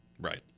right